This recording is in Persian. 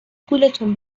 گولتون